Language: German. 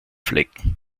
flecken